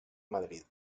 madrid